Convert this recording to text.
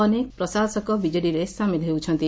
ଅନେକ ପ୍ରଶାସକ ବିଜେଡ଼ିରେ ସାମିଲ ହେଉଛନ୍ତି